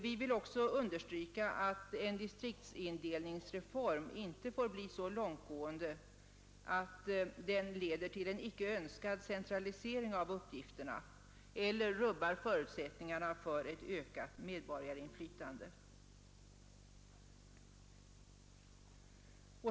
Vi vill även understryka att en distriktsindelningsreform inte får bli så långtgående att den leder till en icke önskad centralisering av uppgifterna eller rubbar förutsättningarna för ett ökat medborgarinflytande.